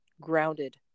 grounded